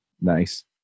Nice